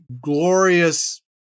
glorious